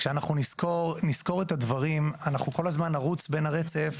כשאנחנו נסקור את הדברים אנחנו כל הזמן נרוץ בין הרצף,